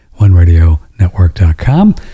OneRadioNetwork.com